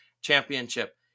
championship